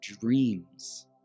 dreams